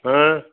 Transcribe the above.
हं